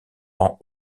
ans